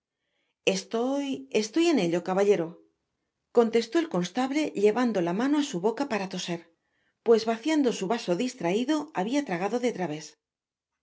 estoy estoy en ello caballero contestó el constable llevando la mano á su boca para toser pues vaciando su vaso distraido habia tragado de través